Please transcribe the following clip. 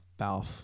Balf